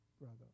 brother